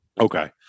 Okay